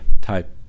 type